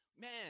Man